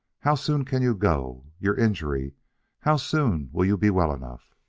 how soon can you go? your injury how soon will you be well enough?